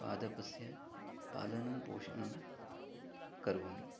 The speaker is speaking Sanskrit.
पादपस्य पालनं पोषणं करोमि